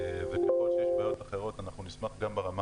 וככל שיש בעיות אחרות נשמח גם ברמה